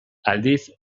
aldiz